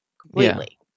completely